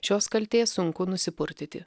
šios kaltės sunku nusipurtyti